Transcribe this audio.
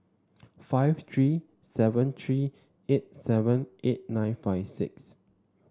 five three seven three eight seven eight nine five six